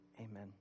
amen